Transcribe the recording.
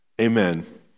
amen